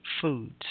foods